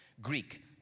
Greek